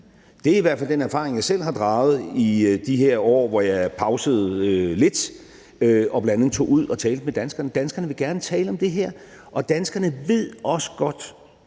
Det er i hvert fald den erfaring, jeg selv har fået i de her år, hvor jeg pausede lidt og bl.a. tog ud og talte med danskerne. Danskerne vil gerne tale om det her, og danskerne ved også godt,